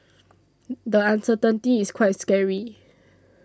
the uncertainty is quite scary